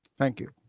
thank you.